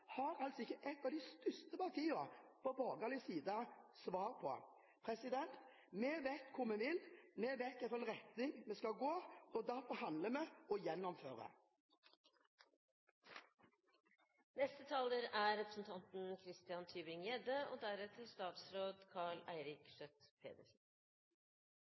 har altså ikke et av de største partiene på borgerlig side svar på. Vi vet hvor vi vil, og vi vet hvilken retning vi skal gå i. Derfor handler vi, og